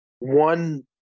one